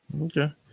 Okay